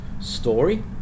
story